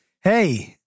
Hey